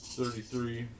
Thirty-three